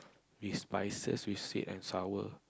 with spices with sweet and sour